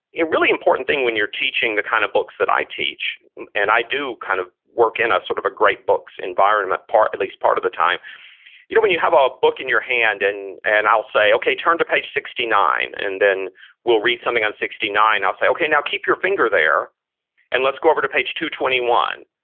really important thing when you're teaching the kind of books that i teach and i do kind of work in a sort of a great books environment part, at least part of the time you know when you have a book in your hand and and i'll say, okay, turn to page sixty nine and then we'll read something on sixty nine. i'll say, okay, now keep your finger there and let's go over to page two hundred and twenty one.